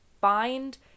find